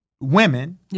women